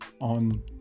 on